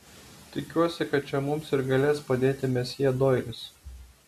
tikiuosi kad čia mums ir galės padėti mesjė doilis